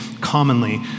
commonly